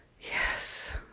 Yes